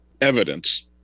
evidence